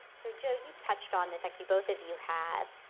so, joe, you've touched on this, actually both of you have,